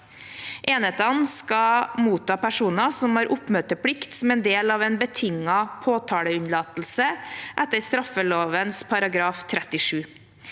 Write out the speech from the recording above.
Enhetene skal motta personer som har oppmøteplikt som en del av en betinget påtaleunnlatelse etter straffeloven § 37.